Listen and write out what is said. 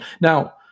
Now